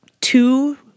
Two